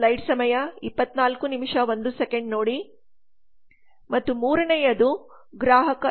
ಮತ್ತು 3 ನೇಯದು ಗ್ರಾಹಕ ಇಂಟರ್ಫೇಸ್ ಸಂಪರ್ಕ್ ಕೊಂಡಿ ನಿರ್ವಹಣೆ